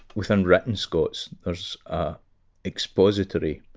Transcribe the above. within written scots, there's expository